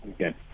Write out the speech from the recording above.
Okay